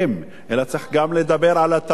אלא צריך לדבר גם על התרבות והספורט,